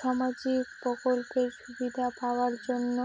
সামাজিক প্রকল্পের সুবিধা পাওয়ার জন্য